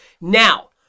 now